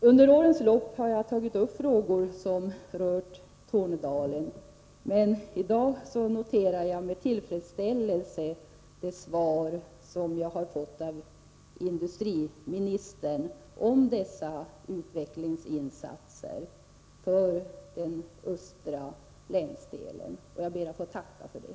Under årens lopp har jag tagit upp frågor som rört Tornedalen, men i dag noterar jag med tillfredsställelse det svar som jag fått av industriministern och som gäller utvecklingsinsatser för den östra länsdelen. Jag ber att få tacka för det.